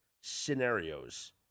scenarios